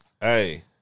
Hey